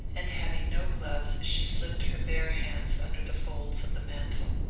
and having no gloves she slipped her bare hands under the folds of the mantle.